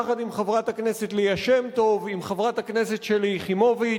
יחד עם חברת הכנסת ליה שמטוב ועם חברת הכנסת שלי יחימוביץ,